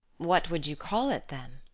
what would you call it, then?